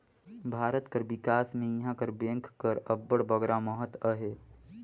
भारत कर बिकास में इहां कर बेंक कर अब्बड़ बगरा महत अहे